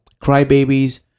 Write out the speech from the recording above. Crybabies